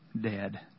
dead